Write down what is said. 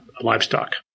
livestock